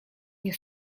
nie